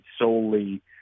solely